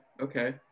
okay